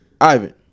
Ivan